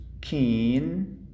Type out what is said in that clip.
keen